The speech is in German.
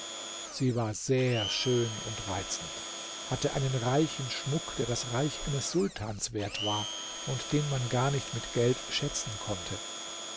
sie war sehr schön und reizend hatte einen reichen schmuck der das reich eines sultans wert war und den man gar nicht mit geld schätzen konnte